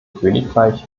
königreich